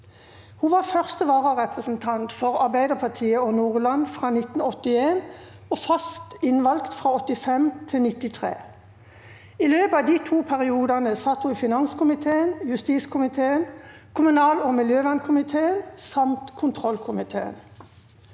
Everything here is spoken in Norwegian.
Hun var første vararepresentant for Arbeiderpartiet og Nordland fra 1981 og fast innvalgt fra 1985 til 1993. I løpet av de to periodene satt hun i finanskomiteen, justiskomiteen, kommunal- og miljøvernkomiteen samt kontrollkomiteen.